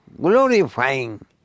glorifying